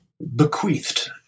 bequeathed